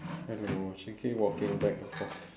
I don't know she keep walking back and forth